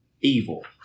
evil